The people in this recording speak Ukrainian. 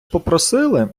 попросили